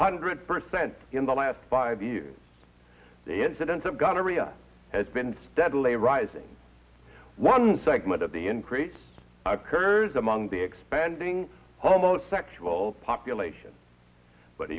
hundred percent in the last five years the incidence of gonorrhea has been steadily rising one segment of the increase occurs among the expanding homosexual population but